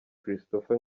christopher